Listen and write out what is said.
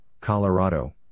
Colorado